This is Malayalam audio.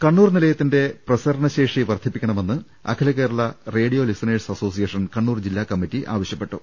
കണ്ണൂർ നിലയത്തിന്റെ പ്രസരണശേഷി വർദ്ധിപ്പിക്കണമെന്ന് അഖിലകേരള റേഡിയോ ലിസണേഴ്സ് അസോസിയേഷൻ കണ്ണൂർ ജില്ലാ കമ്മിറ്റി ആവശ്യപ്പെട്ടു